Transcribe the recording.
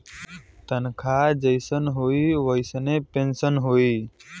तनखा जइसन होई वइसने पेन्सन होई